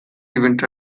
event